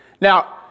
Now